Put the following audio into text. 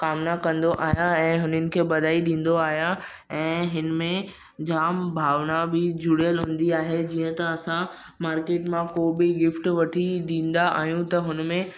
कामना कंदो आहियां ऐं हुननि खे बधाई ॾिंदो आहियां ऐं हिन में जाम भावना बि जुड़ियल हूंदी आहे जीअं त असां मार्केट मां को बि गिफ़्ट वठी ॾिंदा आहियूं त हुन में